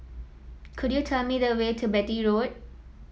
could you tell me the way to Beatty Road